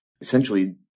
essentially